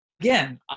again